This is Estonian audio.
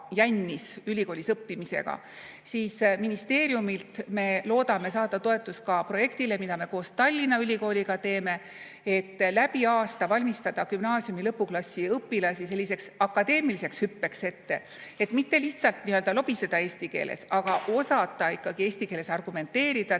ülikoolis õppimisega, siis ministeeriumilt me loodame saada toetust projektile, mida me koos Tallinna Ülikooliga teeme, et aasta jooksul valmistada gümnaasiumi lõpuklassi õpilasi ette selliseks akadeemiliseks hüppeks. Mitte lihtsalt lobiseda eesti keeles, aga osata eesti keeles argumenteerida, tekste